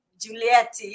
Juliette